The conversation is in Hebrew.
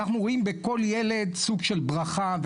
אנחנו רואים בכל ילד סוג של ברכה,